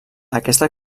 aquesta